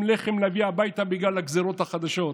לחם להביע הביתה בגלל הגזרות החדשות.